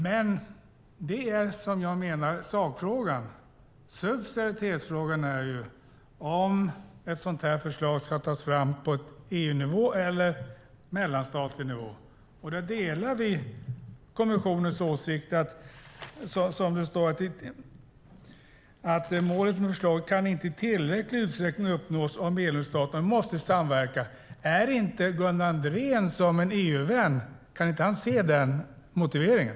Men detta är, menar jag, sakfrågan. Subsidiaritetsfrågan är ju om ett sådant här förslag ska tas fram på EU-nivå eller mellanstatlig nivå. Där delar vi kommissionens åsikt som det står att "målet med förslaget kan inte i tillräcklig utsträckning uppnås om medlemsstaterna måste samverka". Kan inte Gunnar Andrén som EU-vän se den motiveringen?